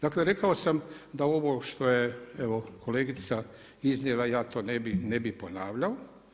Dakle rekao sam da ovo što je evo kolegica iznijela ja to ne bih ponavljao.